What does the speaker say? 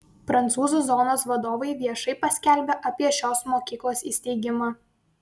prancūzų zonos vadovai viešai paskelbė apie šios mokyklos įsteigimą